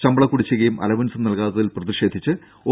ശമ്പള കുടിശികയും അലവൻസും നൽകാത്തതിൽ പ്രതിഷേധിച്ച് ഒ